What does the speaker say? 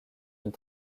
une